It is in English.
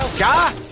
god.